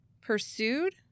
pursued